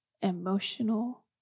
emotional